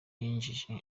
yinjije